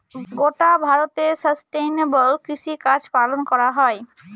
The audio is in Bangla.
গোটা ভারতে সাস্টেইনেবল কৃষিকাজ পালন করা হয়